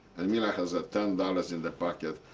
i mean has ah ten dollars in the pocket.